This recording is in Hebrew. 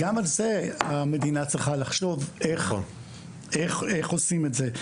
גם על זה המדינה צריכה לחשוב, איך עושים את זה.